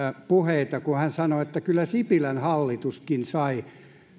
puheita kun hän sanoi että kyllä sipilän hallituskin sai